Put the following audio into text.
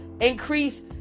increase